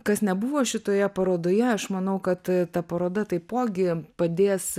kas nebuvo šitoje parodoje aš manau kad ta paroda taipogi padės